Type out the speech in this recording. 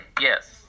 yes